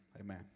amen